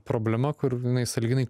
problema kur jinai sąlyginai